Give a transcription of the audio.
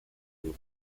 vio